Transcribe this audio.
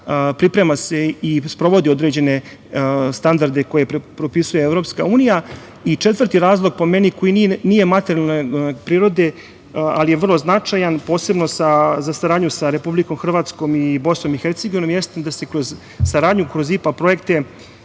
priprema se i sprovodi određene standarde koje propisuje EU. Četvrti razlog, po meni, koji nije materijalne prirode, ali je vrlo značajan, posebno sa saradnju sa Republikom Hrvatskom i BiH, jeste da se kroz saradnju kroz IPA projekte